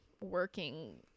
working